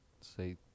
say